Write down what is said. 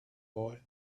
boy